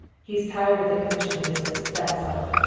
he's tired of the commission business, that's all.